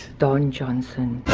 don johnson!